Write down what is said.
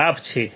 આ ગ્રાફ છે